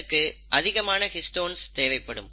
இதற்கு அதிகமான ஹிஸ்டோன்ஸ் தேவைப்படும்